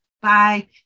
Bye